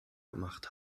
gemacht